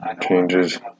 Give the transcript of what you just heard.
changes